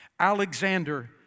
Alexander